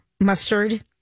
mustard